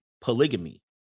polygamy